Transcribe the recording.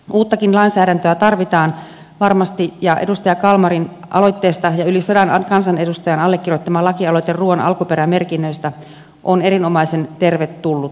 uuttakin lainsäädäntöä tarvitaan varmasti ja yli sadan kansanedustajan allekirjoittama edustaja kalmarin lakialoite ruuan alkuperämerkinnöistä on erinomaisen tervetullut elintarviketurvallisuuteen